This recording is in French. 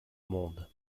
monde